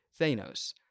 Thanos